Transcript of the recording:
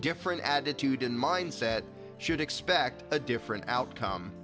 different attitude and mindset should expect a different outcome